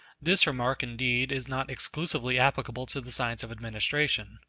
this remark, indeed, is not exclusively applicable to the science of administration.